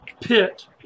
Pit